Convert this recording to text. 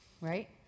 right